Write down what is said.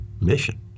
mission